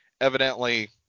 evidently